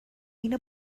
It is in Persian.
اینا